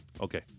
Okay